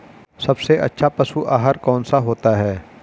सबसे अच्छा पशु आहार कौन सा होता है?